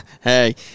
Hey